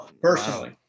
personally